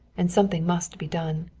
and something must be done.